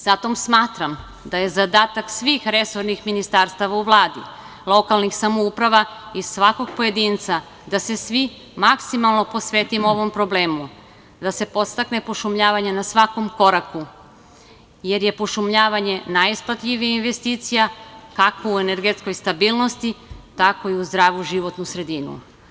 Zato smatram da je zadatak svih resornih ministarstava u Vladi, lokalnih samouprava i svakog pojedinca da se svi maksimalno posvetimo ovom problemu, da se podstakne pošumljavanje na svakom koraku, jer je pošumljavanje najisplativija investicija kako u energetskoj stabilnosti, tako i u zdravu životnu sredinu.